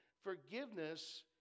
forgiveness